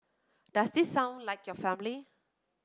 does this sound like your family